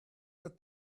your